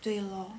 对咯